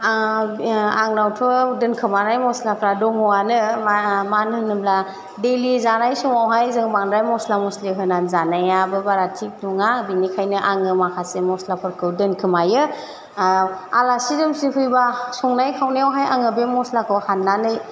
आंनावथ' दोनखोमानाय मस्लाफ्रा दङआनो मानो होनोब्ला देलि जानाय समावहाय जोङो मस्ला मस्लि होनानै जानायाबो बारा थिख नङा बिनिखायनो आङो माखासे मस्लाफोरखौ दोनखोमायो आलासि दुमसि फैबा संनाय खावनायावहाय आङो बे मस्लाखौ हाननानै